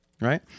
right